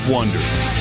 Wonders